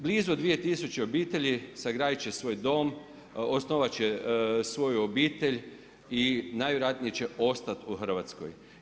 Blizu 2000 obitelji sagraditi će svoj dom, osnovati će svoju obitelj i najvjerojatnije će ostati u Hrvatskoj.